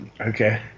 Okay